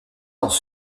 dans